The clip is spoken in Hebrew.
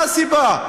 מה הסיבה?